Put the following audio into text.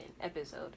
episode